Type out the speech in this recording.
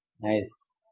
Nice